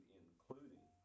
including